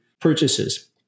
purchases